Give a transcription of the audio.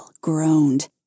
groaned